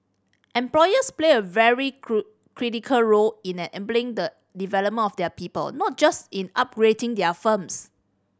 employers play a very critical role in enabling the development of their people not just in upgrading their firms